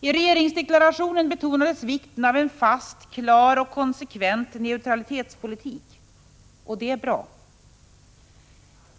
I regeringsdeklarationen betonades vikten av en fast, klar och konsekvent neutralitetspolitik. Det är bra.